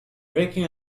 breaking